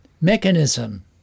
mechanism